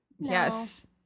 yes